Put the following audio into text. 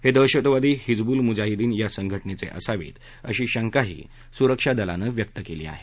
हे दहशवादी हिजबुल मुजाहिदीन या संघटनेचे असावेत अशी शंकाही सुरक्षा दलानं व्यक्त केली आहे